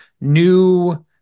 new